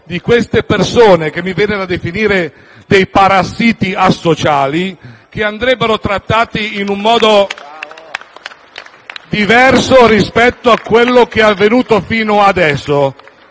di queste persone, che mi viene da definire dei parassiti asociali, che andrebbero trattati in un modo diverso rispetto a quanto è avvenuto fino ad ora.